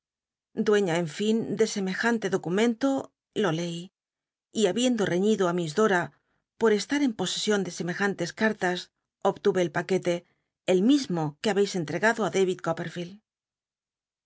en fin de semejante documento lo leí y habiendo reiíido á miss dora por estar el'l posesion de semejantes carlas obtme el paquete el mismo que ha beis entregado á david